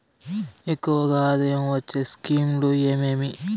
ఎక్కువగా ఆదాయం వచ్చే స్కీమ్ లు ఏమేమీ?